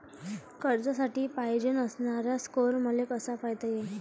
कर्जासाठी पायजेन असणारा स्कोर मले कसा पायता येईन?